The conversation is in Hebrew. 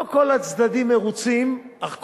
לא כל הצדדים מצליחים, אבל